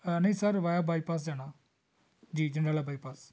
ਨਹੀਂ sir via bypass ਜਾਣਾ ਜੀ ਜੰਡਿਆਲਾ ਬਾਈਪਾਸ